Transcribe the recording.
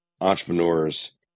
entrepreneurs